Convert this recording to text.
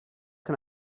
can